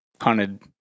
hunted